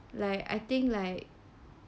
like I think like